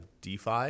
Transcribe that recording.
DeFi